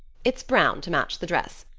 it's brown, to match the dress.